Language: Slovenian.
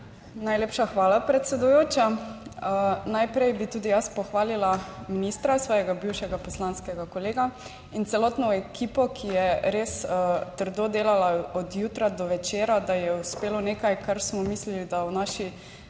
Najlepša hvala, predsedujoča. Najprej bi tudi jaz pohvalila ministra, svojega bivšega poslanskega kolega in celotno ekipo, ki je res trdo delala od jutra do večera, da ji je uspelo nekaj, kar smo mislili, da v naši